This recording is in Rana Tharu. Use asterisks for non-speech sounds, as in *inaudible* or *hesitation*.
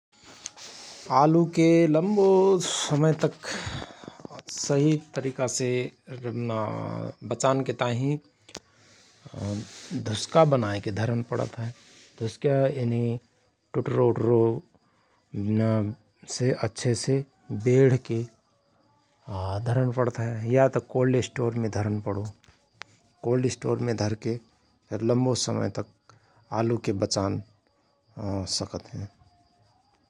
आलुके लम्बो समयतक सहि तरिकासे *hesitation* बचानके ताहिं *hesitation* धुस्का बनाएके धरन पणत हय । धुस्केहा यानि टुटरो उटरो *hesitation* से अच्छेसे *hesitation* बेढके धरनपणत हय । या त कोल्ड स्टोरमे धरन पडो, कोल्डस्टोरमे धरके लम्वो समयतक आलुके बचान *hesitation* सकत हयं ।